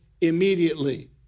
immediately